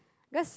because